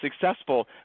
successful